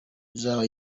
izaba